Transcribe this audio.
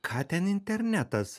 ką ten internetas